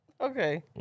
okay